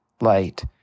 light